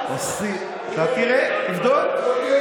אתה תראה, תבדוק.